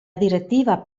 direttiva